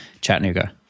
Chattanooga